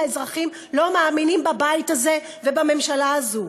האזרחים לא מאמינים בבית הזה ובממשלה הזאת.